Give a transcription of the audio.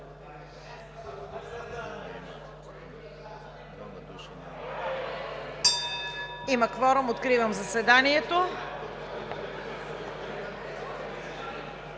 Има кворум. Откривам заседанието.